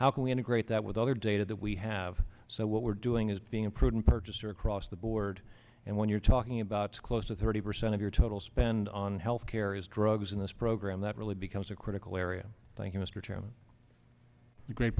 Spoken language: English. how can we integrate that with other data that we have so what we're doing is being a prudent purchaser across the board and when you're talking about close to thirty percent of your total spend on health care is drugs in this program that really becomes a critical area